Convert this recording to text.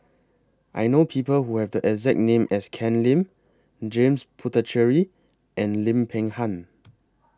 I know People Who Have The exact name as Ken Lim James Puthucheary and Lim Peng Han